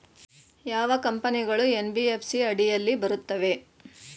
ಯಾವ ಕಂಪನಿಗಳು ಎನ್.ಬಿ.ಎಫ್.ಸಿ ಅಡಿಯಲ್ಲಿ ಬರುತ್ತವೆ?